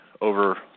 over